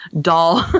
doll